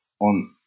on